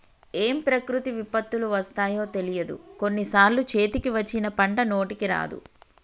ఏం ప్రకృతి విపత్తులు వస్తాయో తెలియదు, కొన్ని సార్లు చేతికి వచ్చిన పంట నోటికి రాదు